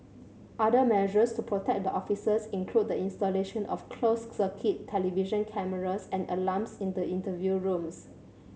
other measures to protect the officers include the installation of closed circuit television cameras and alarms in the interview rooms